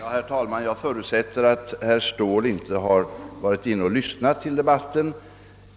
Herr talman! Jag förutsätter att herr Ståhl inte varit inne och lyssnat på debatten.